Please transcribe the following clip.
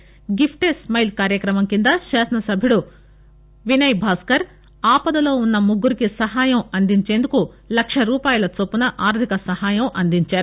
gift a smile కార్యాక్రమం కింద శాసన సభ్యుడు వినయ్భాస్కర్ ఆపదలో ఉన్న ముగ్గురికి సాయం అందించేందుకు లక్ష రూపాయల చొప్పున ఆర్లిక సాయం అందించారు